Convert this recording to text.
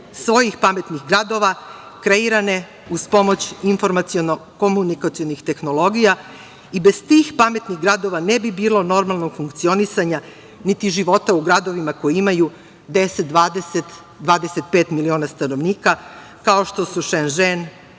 svojih pametnih gradova kreirane uz pomoć informaciono-komunikacionih tehnologija i bez tih pametnih gradova ne bi bilo normalnog funkcionisanja, niti života u gradovima koji imaju 10, 20, 25 miliona stanovnika, kao što su Šenžen,